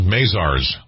Mazars